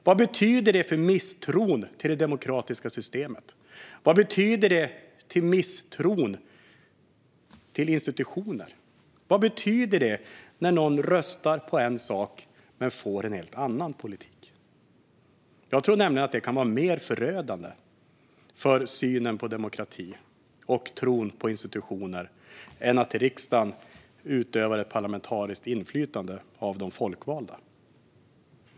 Vad betyder det för tilltron till det demokratiska systemet? Vad betyder det för tilltron till institutioner? Vad betyder det när någon röstar på en politik men får en helt annan? Jag tror att det kan vara mer förödande för synen på demokratin och tron på institutioner än att riksdagen utövar parlamentariskt inflytande genom de folkvalda.